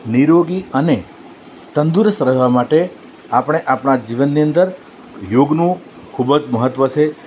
નિરોગી અને તંદુરસ્ત રહેવા માટે આપણે આપણા જીવનની અંદર યોગનું ખૂબ જ મહત્ત્વ છે